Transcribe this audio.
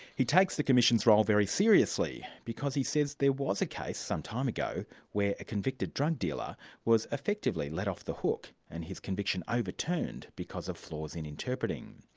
he takes the commission's role very seriously, because he says there was a case some time ago where a convicted drug dealer was effectively let off the hook and his conviction overturned because of flaws in interpreting.